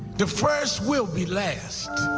the first will be last.